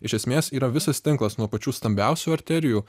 iš esmės yra visas tinklas nuo pačių stambiausių arterijų